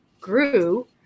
grew